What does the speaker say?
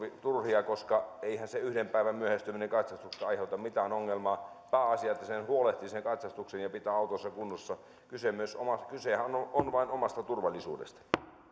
turhia koska eihän se yhden päivän myöhästyminen katsastuksesta aiheuta mitään ongelmaa pääasia että katsastuksesta huolehtii ja pitää autonsa kunnossa kysehän on vain omasta turvallisuudesta